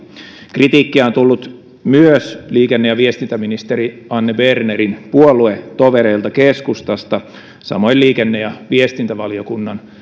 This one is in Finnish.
kritiikkiä on tullut myös liikenne ja viestintäministeri anne bernerin puoluetovereilta keskustasta samoin liikenne ja viestintävaliokunnan